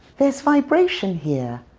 there's vibration here.